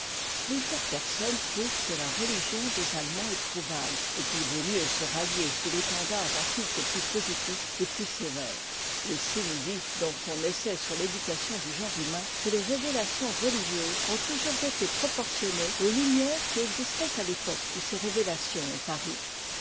plusieurs personnes trouvent que la religion des allemands est trop vague et qu'il vaut mieux se rallier sous l'étendard d'un culte plus positif et plus sévère lessing dit dans sonessai sur e meahom dit genre humain que les révélations religieuses ont toujours été proportionnées aux lumières qui existaient à l'époque où ces révélations ont paru